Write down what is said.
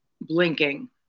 blinking